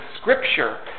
Scripture